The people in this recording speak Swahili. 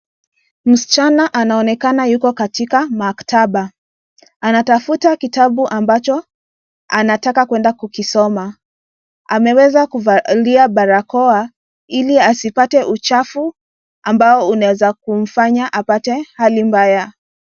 Msichana anaonekana yuko katika maktaba anatafuta kitabu ambacho anataka kuenda kukisoma ameweza kuvalia barakoa ili asipate uchafu amabao unaweza kumfanya apate hali mbaya.